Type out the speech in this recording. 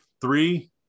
Three